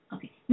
Okay